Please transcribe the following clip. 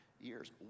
years